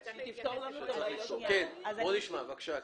היא תפתור לנו --- שמחה ברשותך.